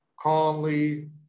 Conley